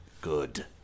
Good